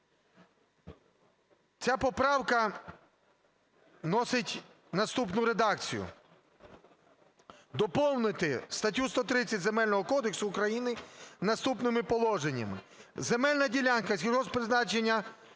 Ця поправка носить наступну редакцію: Доповнити статтю 130 Земельного кодексу України наступними положеннями: "Земельна ділянка сільгосппризначення,